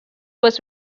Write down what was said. was